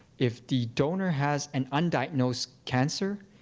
if the donor has an undiagnosed cancer.